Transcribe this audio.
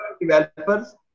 developers